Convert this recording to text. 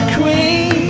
queen